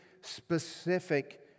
specific